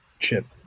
chip